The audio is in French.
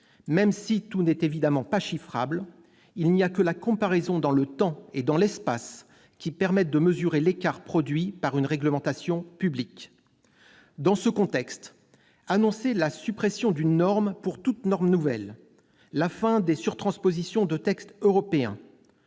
Même si tout n'est évidemment pas chiffrable, il n'y a que la comparaison dans le temps et dans l'espace qui permette de mesurer l'écart produit par une réglementation publique. Dans ce contexte, annoncer la suppression d'une norme pour toute norme nouvelle, la fin des surtranspositions de textes européens